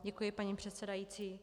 Děkuji, paní předsedající.